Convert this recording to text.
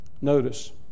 Notice